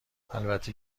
البته